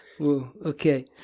Okay